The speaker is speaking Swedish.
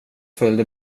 följde